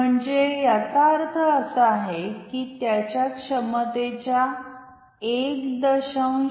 म्हणजे याचा अर्थ असा आहे की त्याच्या क्षमतेच्या 1